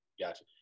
Gotcha